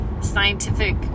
scientific